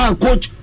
coach